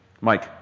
Mike